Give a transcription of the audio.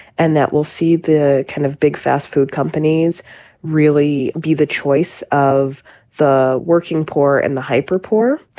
and that will see the kind of big fast food companies really be the choice of the working poor and the hyper poor.